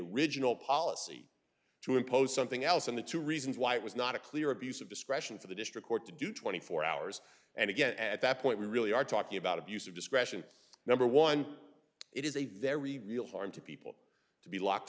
original policy to impose something else on the two reasons why it was not a clear abuse of discretion for the district court to do twenty four hours and again at that point we really are talking about abuse of discretion number one it is a very real harm to people to be locked